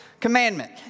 commandment